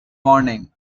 morning